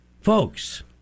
folks